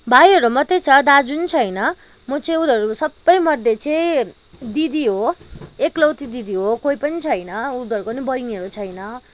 भाइहरू मात्रै छ दाजु पनि छैन म उनीहरू सबैमध्ये चाहिँ दिदी हो एकलौती दिदी हो कोही पनि छैन उनीहरूको पनि बहिनीहरू छैन